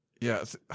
Yes